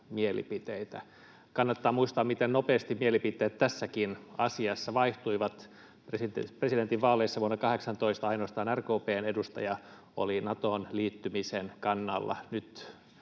Kannattaa muistaa, miten nopeasti mielipiteet tässäkin asiassa vaihtuivat. Presidentinvaaleissa vuonna 18 ainoastaan RKP:n edustaja oli Natoon liittymisen kannalla,